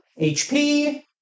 HP